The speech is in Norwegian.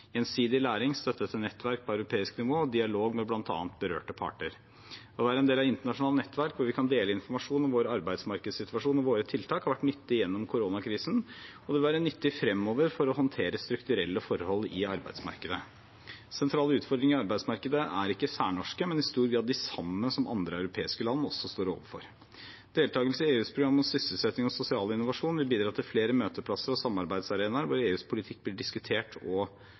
gjensidig læring, støtte til nettverk på europeisk nivå og dialog med bl.a. berørte parter. Å være en del av internasjonale nettverk hvor vi kan dele informasjon om vår arbeidsmarkedssituasjon og våre tiltak, har vært nyttig gjennom koronakrisen, og det vil være nyttig fremover for å håndtere strukturelle forhold i arbeidsmarkedet. Sentrale utfordringer i arbeidsmarkedet er ikke særnorske, men i stor grad de samme som andre europeiske land også står overfor. Deltakelse i EUs program om sysselsetting og sosial innovasjon vil bidra til flere møteplasser og samarbeidsarenaer hvor EUs politikk blir diskutert og